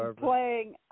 playing